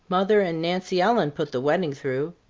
mother and nancy ellen put the wedding through.